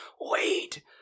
Wait